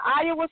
Iowa